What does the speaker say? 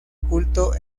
culto